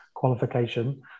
qualification